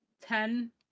Ten